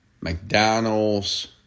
McDonald's